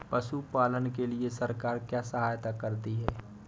पशु पालन के लिए सरकार क्या सहायता करती है?